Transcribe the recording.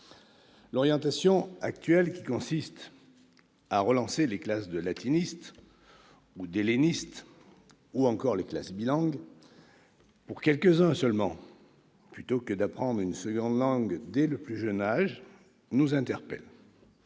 L'orientation actuelle, qui consiste à relancer les classes de latinistes ou d'hellénistes, ou encore les classes bilangues, pour quelques-uns seulement, plutôt que d'enseigner une seconde langue dès le plus jeune âge, nous interpelle.